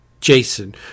jason